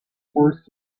forced